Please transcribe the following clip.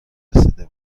رسیده